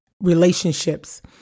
relationships